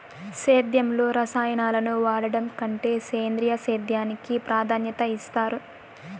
సేద్యంలో రసాయనాలను వాడడం కంటే సేంద్రియ సేద్యానికి ప్రాధాన్యత ఇస్తారు